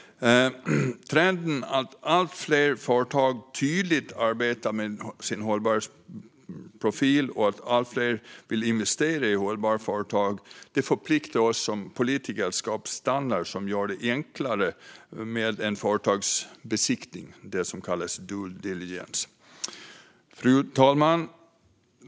Trenden att allt fler företag tydligt arbetar med sin hållbarhetsprofil och att allt fler vill investera i hållbara företag förpliktigar oss som politiker att skapa standarder som gör det enklare med en företagsbesiktning, det som kallas due diligence. Fru talman!